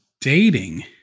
dating